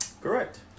Correct